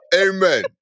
Amen